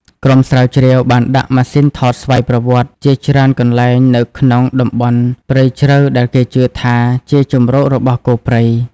ក្រុមស្រាវជ្រាវបានដាក់ ម៉ាស៊ីនថតស្វ័យប្រវត្តិ (camera trap) ជាច្រើនកន្លែងនៅក្នុងតំបន់ព្រៃជ្រៅដែលគេជឿថាជាជម្រករបស់គោព្រៃ។